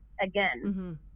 again